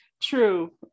True